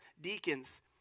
deacons